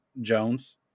jones